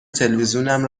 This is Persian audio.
تلویزیونم